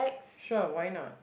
sure why not